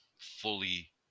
fully